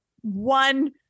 one